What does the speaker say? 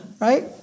Right